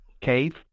cave